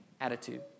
attitude